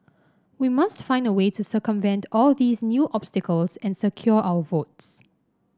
we must find a way to circumvent all these new obstacles and secure our votes